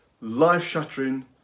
life-shattering